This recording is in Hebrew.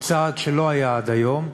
הוא צעד שלא היה עד היום,